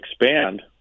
expand